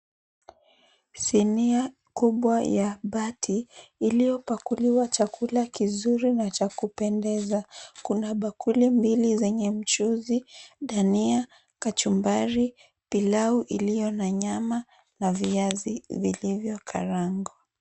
Sinia kubwa ya bati iliyopakuliwa chakula kizuri na cha kupendeza. Kuna bakuli mbili zenye mchuzi, dania kachumbari, pilau iliyo na nyama na viazi vilivyokarangwa.